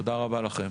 תודה רבה לכם.